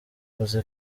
uzi